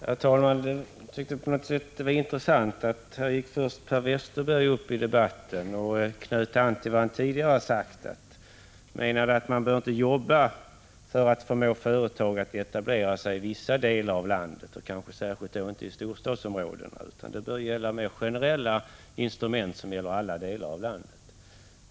Herr talman! Det var på något sätt intressant att först Per Westerberg knöt an till vad han tidigare sagt och menade att man inte behövde arbeta mycket för att förmå företag att etablera sig i vissa delar av landet, t.ex. i storstadsområdena, och ansåg att det borde finnas mera generella instrument som gäller alla delar av landet.